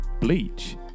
Bleach